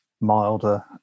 milder